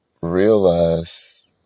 realize